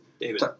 David